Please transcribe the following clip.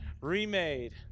remade